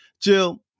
Jill